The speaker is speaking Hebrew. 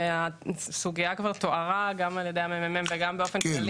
הסוגיה כבר תוארה על ידי ה-ממ"מ ואחרים.